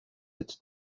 its